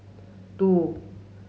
two